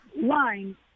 line